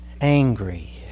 angry